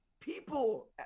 people